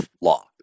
law